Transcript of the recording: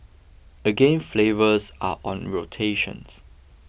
again flavours are on rotations